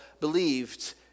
believed